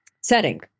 setting